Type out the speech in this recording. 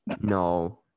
No